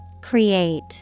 Create